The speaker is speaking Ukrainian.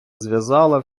зв’язала